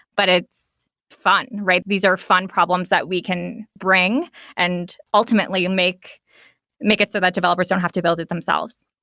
but it's fun, right? these are fun problems that we can bring and ultimately make make it so that developers don't have to build it themselves.